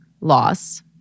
loss